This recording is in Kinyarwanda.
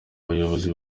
bayobozi